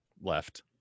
left